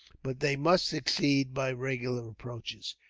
but they must succeed by regular approaches.